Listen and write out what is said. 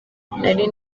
nari